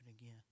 again